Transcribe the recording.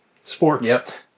sports